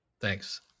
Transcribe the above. Thanks